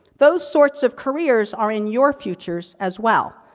those sorts of careers are in your futures as well.